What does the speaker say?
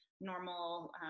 normal